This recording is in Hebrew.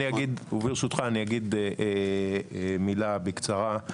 אגיד הוא ברשותך אני אגיד מילה בקצרה,